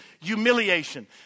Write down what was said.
humiliation